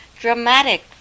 dramatic